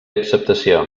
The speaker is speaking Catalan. acceptació